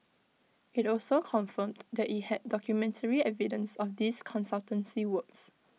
IT also confirmed that IT had documentary evidence of these consultancy works